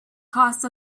caused